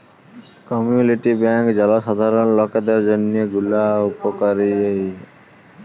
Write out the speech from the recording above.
community bank জলসাধারল লকদের জন্হে গুলা ওলেক উপকারী